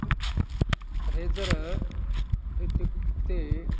razor इत्युक्ते